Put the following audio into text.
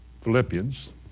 Philippians